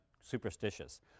superstitious